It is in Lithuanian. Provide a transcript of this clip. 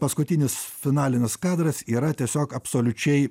paskutinis finalinis kadras yra tiesiog absoliučiai